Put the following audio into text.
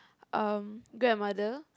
um grandmother